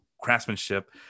craftsmanship